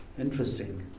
Interesting